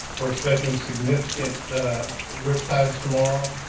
we're expecting significant a rip tides tomorrow.